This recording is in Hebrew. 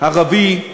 ערבי,